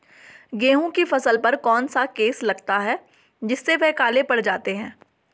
गेहूँ की फसल पर कौन सा केस लगता है जिससे वह काले पड़ जाते हैं?